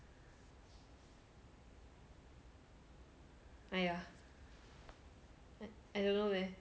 !aiya! I don't know leh